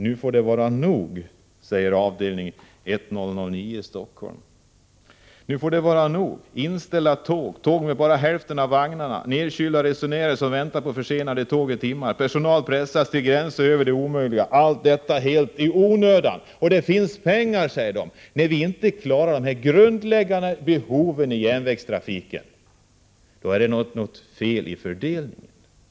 ”Nu får det vara nog!” säger Statsanställdas förbundsavdelning 1009 i Stockholm. ”Inställda tåg, tåg med bara hälften av vagnarna, nerkylda resenärer som väntar på försenade tåg i timtal. Personalen pressas till gränser över det omöjliga — allt detta helt i onödan.” När vi inte klarar att tillfredsställa de grundläggande behoven inom järnvägstrafiken är det något fel på fördelningen.